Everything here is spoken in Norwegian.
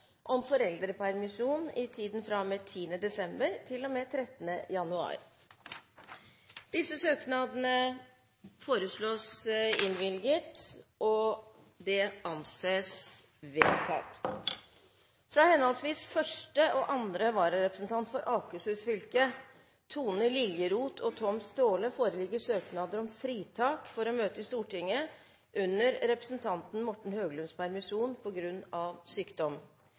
om foreldrepermisjon i tiden fra og med 10. desember til og med 13. januar Disse søknader foreslås behandlet straks og innvilget. – Det anses vedtatt. Fra henholdsvis første og andre vararepresentant for Akershus fylke, Tone Liljeroth og Tom Staahle, foreligger søknader om fritak for å møte i Stortinget under Morten Høglunds permisjon, på grunn av sykdom.